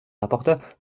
rapporteure